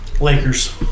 Lakers